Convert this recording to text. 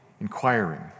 Inquiring